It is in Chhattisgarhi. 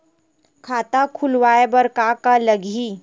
खाता खुलवाय बर का का लगही?